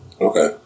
Okay